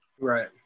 Right